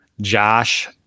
Josh